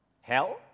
hell